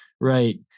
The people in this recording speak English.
Right